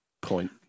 point